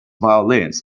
violins